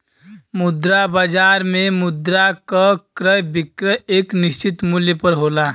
मुद्रा बाजार में मुद्रा क क्रय विक्रय एक निश्चित मूल्य पर होला